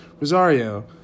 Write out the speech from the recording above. Rosario